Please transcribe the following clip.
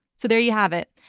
so there you have it.